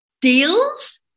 deals